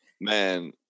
man